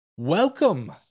Welcome